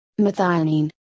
methionine